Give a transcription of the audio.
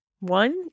One